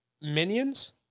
Minions